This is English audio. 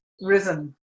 risen